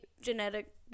genetic